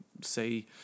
say